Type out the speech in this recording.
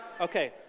Okay